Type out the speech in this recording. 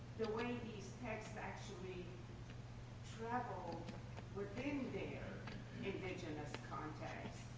the way these texts actually travel within their indigenous context